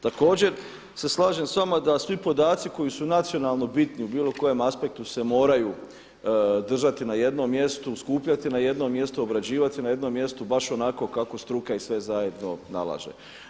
Također se slažem s vama da svi podaci koji su nacionalno bitni u bilo kojem aspektu se moraju držati na jednom mjestu, skupljati na jednom mjestu, obrađivat se na jednom mjestu baš onako kako struka i sve zajedno nalaže.